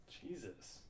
Jesus